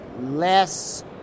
less